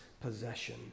possession